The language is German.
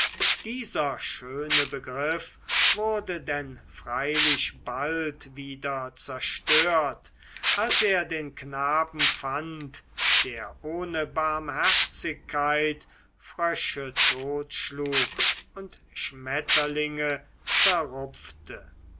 dieser schöne begriff wurde denn freilich bald wieder zerstört als er den knaben fand der ohne barmherzigkeit frösche totschlug und schmetterlinge zerrupfte